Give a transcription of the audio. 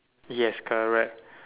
yes correct